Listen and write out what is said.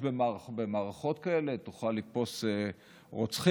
במערכות כאלה ותוכל לתפוס רוצחים,